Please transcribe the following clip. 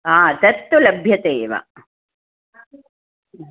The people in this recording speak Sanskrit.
आ तत्तु लभ्यते एव